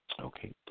Okay